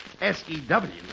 S-E-W